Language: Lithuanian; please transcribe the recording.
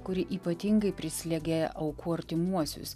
kuri ypatingai prislėgė aukų artimuosius